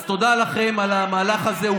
אז תודה לכם על המהלך הזה.